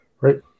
Right